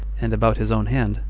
and about his own hand,